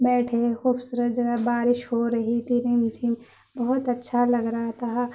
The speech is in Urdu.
بیٹھے خوبصورت جگہ بارش ہو رہی تھی رم جھم بہت اچھا لگ رہا تھا